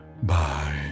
Bye